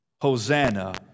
Hosanna